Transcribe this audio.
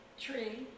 tree